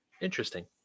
interesting